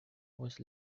was